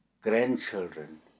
grandchildren